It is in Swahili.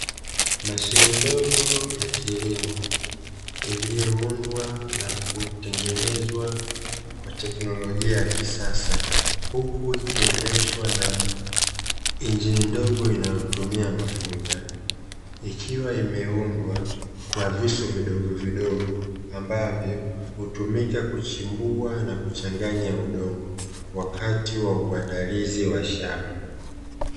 Mashine ndogo ya kilimo iliyoundwa na kutengenezwa kwa teknolojia ya kisasa huku ikiendeshwa na injini ndogo inayotumia mafuta, ikiwa imeundwa kwa visu vidogovidogo ambavyo hutumika kuchimbua na kuchanganya udongo wakati wa uandalizi wa shamba.